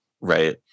Right